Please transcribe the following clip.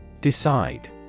Decide